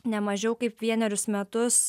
ne mažiau kaip vienerius metus